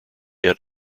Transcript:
had